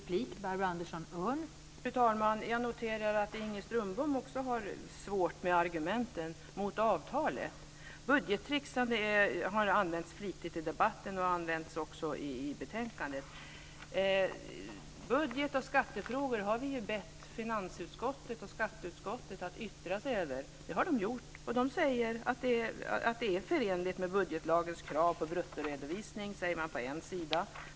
Fru talman! Jag noterar att Inger Strömbom också har svårigheter med argumenten mot avtalet. Ordet budgettricksande har använts flitigt i debatten och har också använts i betänkandet. Budget och skattefrågor har vi bett finansutskottet och skatteutskottet att yttra sig över. Det har de gjort. Det är förenligt med budgetlagens krav på bruttoredovisning, säger man på en sida.